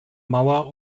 mauer